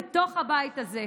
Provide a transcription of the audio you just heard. בתוך הבית הזה,